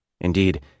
Indeed